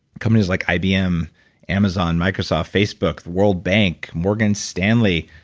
companies like ibm amazon, microsoft, facebook, the world bank, morgan stanley,